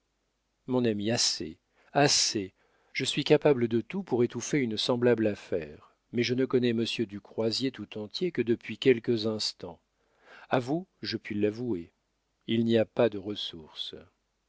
mon ami assez assez je suis capable de tout pour étouffer une semblable affaire mais je ne connais monsieur du croisier tout entier que depuis quelques instants a vous je puis l'avouer il n'y a pas de ressources